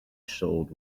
sold